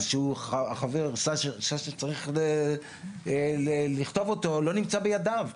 שהחבר שאשא צריך לכתוב אותו לא נמצא בידיו,